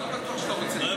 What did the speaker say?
אני לא בטוח שאתה רוצה.